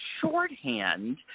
shorthand